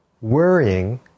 Worrying